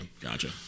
gotcha